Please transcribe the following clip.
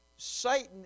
Satan